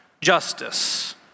justice